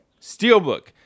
steelbook